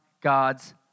God's